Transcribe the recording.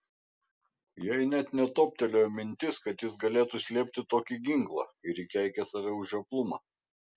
jai net netoptelėjo mintis kad jis galėtų slėpti tokį ginklą ir ji keikė save už žioplumą